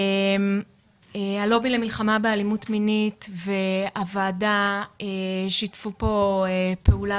הלובי למלחמה באלימות מינית והוועדה שיתפו פה פעולה